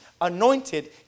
anointed